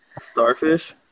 Starfish